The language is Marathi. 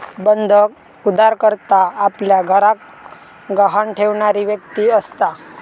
बंधक उधारकर्ता आपल्या घराक गहाण ठेवणारी व्यक्ती असता